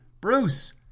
Bruce